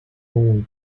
only